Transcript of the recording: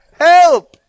Help